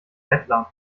bettlern